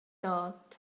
dod